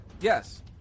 Yes